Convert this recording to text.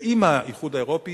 ועם האיחוד האירופי